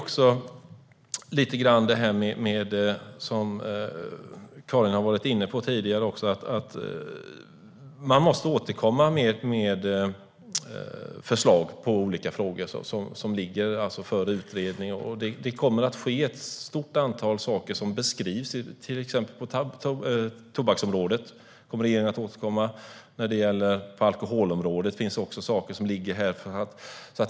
Som Karin Rågsjö varit inne på tidigare måste man återkomma med förslag i olika frågor som ligger för utredning. Det kommer att ske ett stort antal saker. Till exempel kommer regeringen att återkomma när det gäller tobaksområdet liksom alkoholområdet.